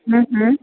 हूं हूं